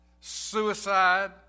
suicide